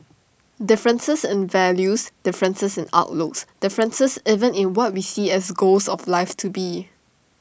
differences in values differences in outlooks differences even in what we see as goals of life to be